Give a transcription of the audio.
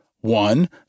One